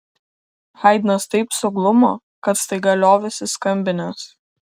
haidnas taip suglumo kad staiga liovėsi skambinęs